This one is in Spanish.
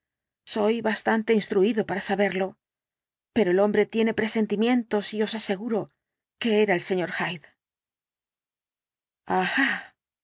soy bastante instruido para saberlo pero el hombre tiene presentimientos y os aseguro que era el sr